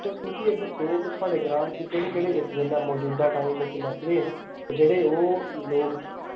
तुस मिगी एह् दस्सो कि थुआढ़े ग्रां च मजूदा टाइम च मसले न जेह्ड़े ओह् लोग